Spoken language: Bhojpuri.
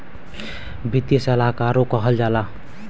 वित्तीय सलाहकारो कहल जाला